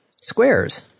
Squares